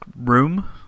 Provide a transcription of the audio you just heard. Room